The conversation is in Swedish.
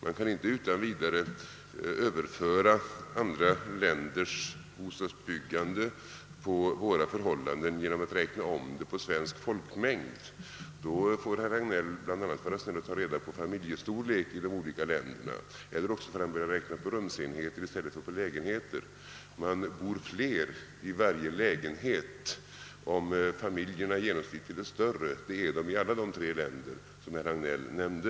Man kan inte utan vidare överföra andra länders bostadsbyggande på våra förhållanden genom att räkna om siffrorna på Sveriges folkmängd. I så fall får herr Hagnell vara snäll att bl.a. ta reda på familjestorleken i de skilda länderna, eller också bör han räkna med rumsenheter i stället för lägenheter. Det bor fler människor i varje lägenhet om familjerna genomsnittligt är större, vilket är fallet i samtliga de tre länder som herr Hagnell nämnde.